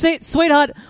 Sweetheart